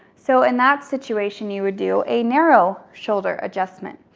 so in that situation, you would do a narrow shoulder adjustment.